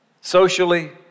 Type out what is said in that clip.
Socially